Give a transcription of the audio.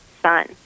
son